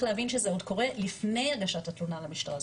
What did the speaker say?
להבין שזה עוד קורה לפני הגשת התלונה למשטרה.